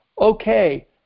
okay